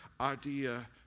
idea